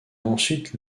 ensuite